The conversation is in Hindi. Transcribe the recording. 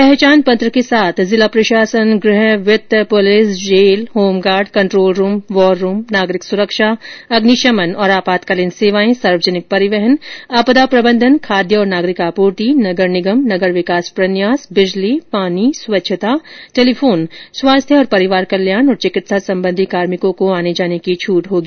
पहचान पत्र के साथ जिला प्रशासन गृह वित्त पुलिस जेल home guard control room war room नागरिक सुरक्षा अग्निशमन और आपातकालीन सेवाएं सार्वजनिक परिवहन आपदा प्रबंधन खाद्य और नागरिक आपूर्ति नगर निगम नगर विकास प्रन्यास बिजली पानी स्वच्छता टेलीफोन स्वास्थ्य और परिवार कल्याण तथा चिकित्सा सम्बन्धी कार्मिकों को आने जाने की छूट होगी